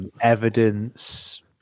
evidence